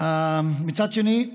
מצד שני,